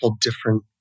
different